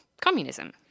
communism